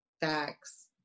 Facts